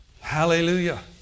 Hallelujah